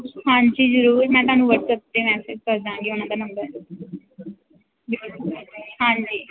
ਹਾਂਜੀ ਜ਼ਰੂਰ ਮੈਂ ਤੁਹਾਨੂੰ ਵਟਸਐਪ 'ਤੇ ਮੈਸੇਜ ਕਰ ਦਿਆਂਗੀ ਉਹਨਾਂ ਦਾ ਨੰਬਰ ਹਾਂਜੀ